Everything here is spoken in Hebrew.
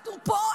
אנחנו פה,